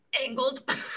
angled